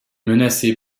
menacé